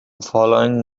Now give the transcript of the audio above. following